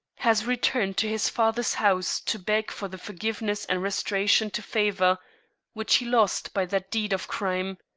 has returned to his father's house to beg for the forgiveness and restoration to favor which he lost by that deed of crime.